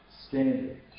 standard